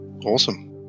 Awesome